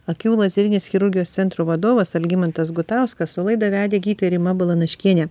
akių lazerinės chirurgijos centro vadovas algimantas gutauskas o laidą vedė rima balanaškienė